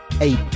eight